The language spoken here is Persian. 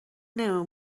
نمی